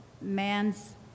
man's